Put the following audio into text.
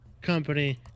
company